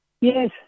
Yes